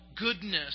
goodness